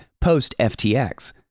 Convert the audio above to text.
post-FTX